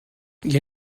you